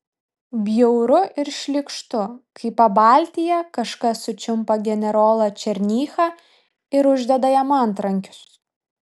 bjauru ir šlykštu kai pabaltijyje kažkas sučiumpa generolą černychą ir uždeda jam antrankius